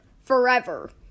forever